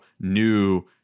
new